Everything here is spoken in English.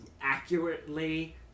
accurately